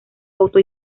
auto